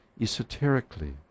esoterically